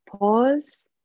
pause